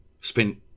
Spent